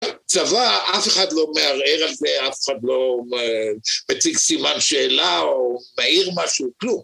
צבא, אף אחד לא מערער על זה, אף אחד לא מציג סימן שאלה או מעיר משהו, כלום.